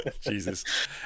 Jesus